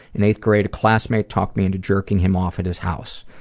in eighth grade a classmate talked me into jerking him off at his house.